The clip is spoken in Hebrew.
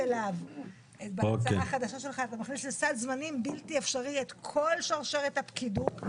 הבלתי אפשרי אליו אתה מכניס את כל שרשרת הפקידות.